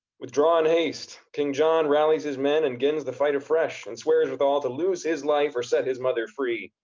withdraw in haste, king john rallies his men, and gins the fight afresh and swears withal to lose his life, or set his mother free.